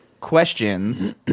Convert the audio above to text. questions